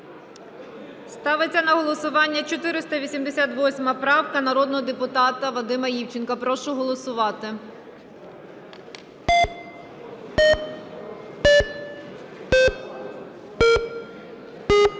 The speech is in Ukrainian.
Ставиться на голосування 488 правка народного депутата Вадима Івченка. Прошу голосувати.